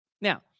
Now